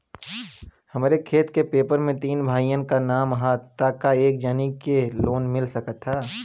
हमरे खेत के पेपर मे तीन भाइयन क नाम ह त का एक जानी के ही लोन मिल सकत ह?